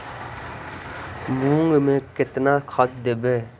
मुंग में केतना खाद देवे?